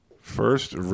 First